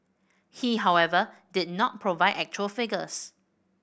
he however did not provide actual figures